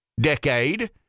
decade